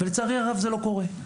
ולצערי הרב זה לא קורה.